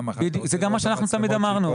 בדיוק, זה גם מה שאנחנו תמיד אמרנו.